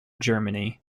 germany